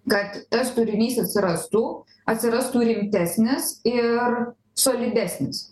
kad tas turinys atsirastų atsirastų rimtesnis ir solidesnis